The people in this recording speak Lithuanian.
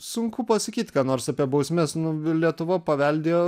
sunku pasakyt ką nors apie bausmes nu lietuva paveldėjo